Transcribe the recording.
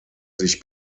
sich